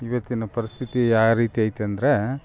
ಇವತ್ತಿನ ಪರಿಸ್ಥಿತಿ ಯಾ ರೀತಿ ಐತಂದರೆ